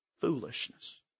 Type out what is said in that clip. foolishness